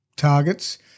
Targets